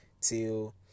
till